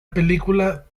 película